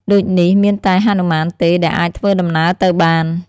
ដូចនេះមានតែហនុមានទេ ដែលអាចធ្វើដំណើរទៅបាន។